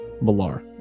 Malar